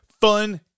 fun